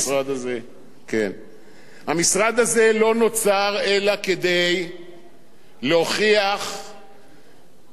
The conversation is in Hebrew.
המשרד הזה לא נוצר אלא כדי להוכיח ששר הביטחון